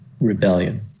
rebellion